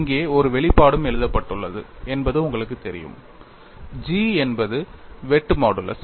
இங்கே ஒரு வெளிப்பாடும் எழுதப்பட்டுள்ளது என்பது உங்களுக்குத் தெரியும் G என்பது வெட்டு மாடுலஸ்